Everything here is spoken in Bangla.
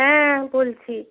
হ্যাঁ বলছি